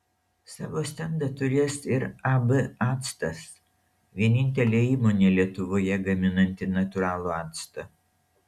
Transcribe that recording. savo stendą turės ir ab actas vienintelė įmonė lietuvoje gaminanti natūralų actą